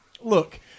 Look